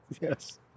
Yes